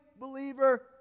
believer